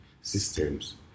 systems